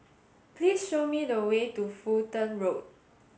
please show me the way to Fulton Road